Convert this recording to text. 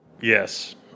Yes